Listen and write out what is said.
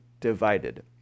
divided